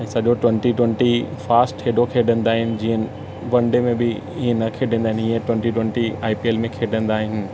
सॼो twenty twenty fast हेॾो खेॾंदा आहिनि जीअं वन डे में बि ईअं न खेॾंदा आहिनि ईअं twenty twenty I P L में खेॾंदा आहिनि